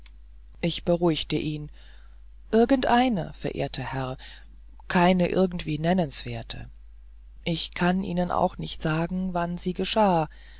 ich beruhigte ihn irgend eine verehrter herr keine irgendwie nennenswerte ich kann ihnen auch nicht sagen wann sie geschah